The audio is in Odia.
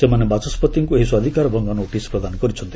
ସେମାନେ ବାଚସ୍କତିଙ୍କୁ ଏହି ସ୍ୱାଧୀକାର ଭଙ୍ଗ ନୋଟିସ ପ୍ରଦାନ କରିଛନ୍ତି